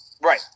right